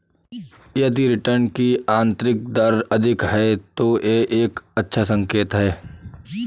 यदि रिटर्न की आंतरिक दर अधिक है, तो यह एक अच्छा संकेत है